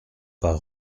pas